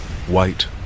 White